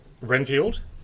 Renfield